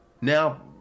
now